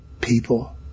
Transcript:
people